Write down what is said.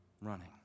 running